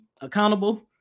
accountable